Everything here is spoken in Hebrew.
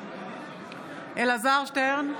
אלעזר שטרן,